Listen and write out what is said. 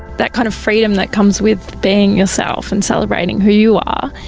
that kind of freedom that comes with being yourself and celebrating who you are,